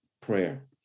prayer